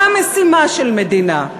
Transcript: מה המשימה של מדינה?